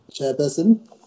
Chairperson